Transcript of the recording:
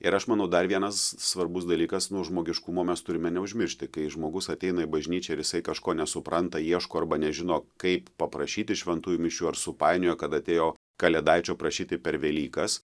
ir aš manau dar vienas svarbus dalykas žmogiškumo mes turime neužmiršti kai žmogus ateina į bažnyčią ir jisai kažko nesupranta ieško arba nežino kaip paprašyti šventųjų mišių ar supainiojo kad atėjo kalėdaičio prašyti per velykas